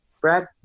Brad